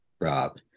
Rob